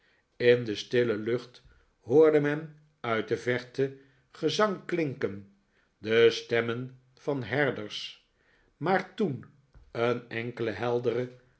in de stille lucht hoorde men uit de verte gezang klinken de stemmen van herders maar toen een enkele heldere